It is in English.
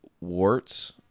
warts